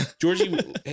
Georgie